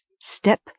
Step